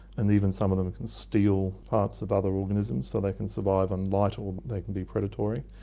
and even some of them can steal parts of other organisms, so they can survive on light or they can be predatory.